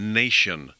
nation